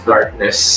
Darkness